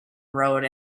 road